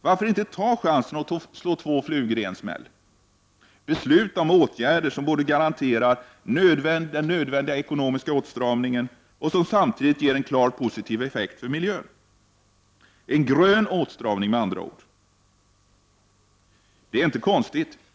Varför inte ta chansen att slå två flugor i en smäll? Varför inte besluta om åtgärder som både garanterar den nödvändiga ekonomiska åtstramningen och som samtidigt ger en klart positiv effekt för miljön — en grön åtstramning med andra ord? Det är inte konstigt!